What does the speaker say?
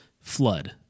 flood